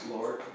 Lord